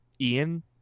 Ian